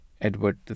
Edward